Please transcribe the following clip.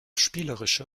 spielerische